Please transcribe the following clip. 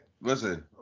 listen